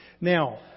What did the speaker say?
Now